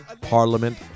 Parliament